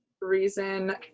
reason